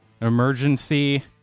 emergency